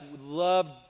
love